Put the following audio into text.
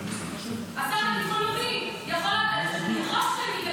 השר לביטחון לאומי יכול לדרוש מהם להיכנס